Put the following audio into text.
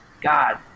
God